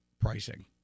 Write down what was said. pricing